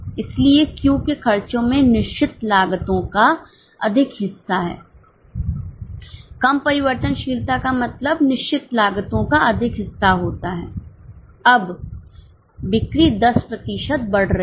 इसलिए Q के खर्चों में निश्चित लागतों का अधिक हिस्सा है कम परिवर्तनशीलता का मतलब निश्चित लागतों का अधिक हिस्सा होता है अब बिक्री 10 प्रतिशत बढ़ रही है